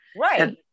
Right